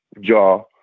jaw